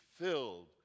filled